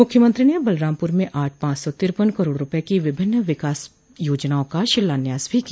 मुख्यमंत्री ने बलरामपुर में आज पॉच सौ तिरपन करोड़ रूपये की विभिन्न विकास योजनाओं का शिलान्यास भी किया